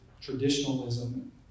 traditionalism